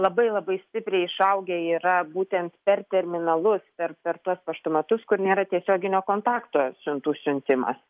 labai labai stipriai išaugę yra būtent per terminalus per per tuos paštomatus kur nėra tiesioginio kontakto siuntų siuntimas